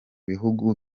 bihugu